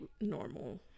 normal